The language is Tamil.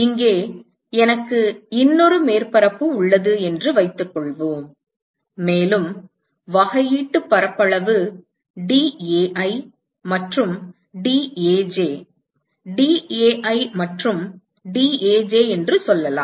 இங்கே எனக்கு இன்னொரு மேற்பரப்பு உள்ளது என்று வைத்துக் கொள்வோம் மேலும் வகையீட்டு பரப்பளவு dAi மற்றும் dAj dAi மற்றும் dAj என்று சொல்லலாம்